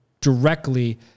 directly